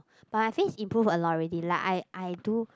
but my face improve a lot already lah I I do